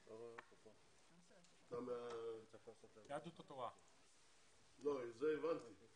בקרב עובדי המדינה לעולים חדשים ובכללם בני העדה האתיופית.